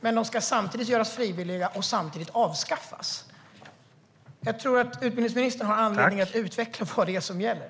Men de ska samtidigt göras frivilliga och samtidigt avskaffas. Jag tror att utbildningsministern har anledning att utveckla vad det är som gäller.